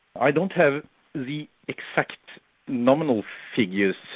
i don't have the exact nominal figures,